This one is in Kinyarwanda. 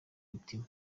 mutima